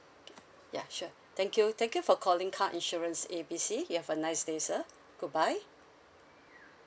ya sure thank you thank you for calling car insurance A B C you have a nice day sir goodbye